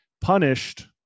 punished